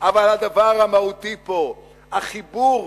אבל הדבר המהותי פה, החיבור,